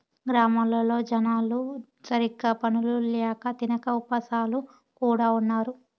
గ్రామాల్లో జనాలు సరిగ్గా పనులు ల్యాక తినక ఉపాసాలు కూడా ఉన్నారు